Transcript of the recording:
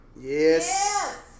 Yes